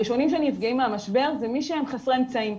הראשונים שנפגעים מהמשבר זה מי שהם חסרי אמצעים,